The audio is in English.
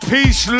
Peace